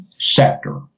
sector